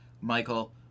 Michael